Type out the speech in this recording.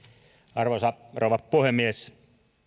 arvoisa rouva puhemies